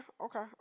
okay